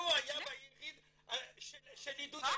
לא היה ביריד של עידוד עליה.